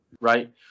right